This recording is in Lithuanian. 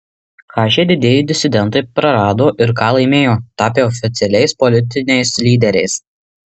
ką šie didieji disidentai prarado ir ką laimėjo tapę oficialiais politiniais lyderiais